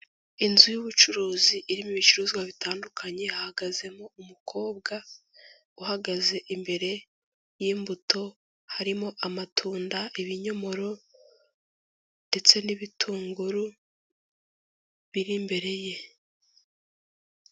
Inzu y'ubucuruzi irimo ibicuruzwa bitandukanye, hahagazemo umukobwa uhagaze imbere y'imbuto, harimo amatunda, ibinyomoro ndetse n'ibitunguru, biri imbere ye.